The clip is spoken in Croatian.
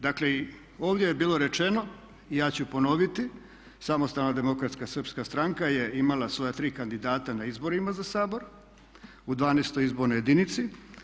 Dakle i ovdje je bilo rečeno i ja ću ponoviti Samostalna demokratska srpska stranka je imala svoja tri kandidata na izborima za Sabor u 12 izbornoj jedinici.